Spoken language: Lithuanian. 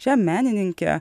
šią menininkę